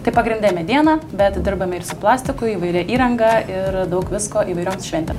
tai pagrinde mediena bet dirbame ir su plastiku įvairia įranga ir daug visko įvairioms šventėm